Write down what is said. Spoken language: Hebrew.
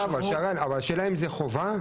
הקורס הזה הוא חובה?